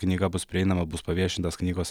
knyga bus prieinama bus paviešintas knygos